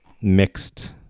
mixed